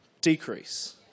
decrease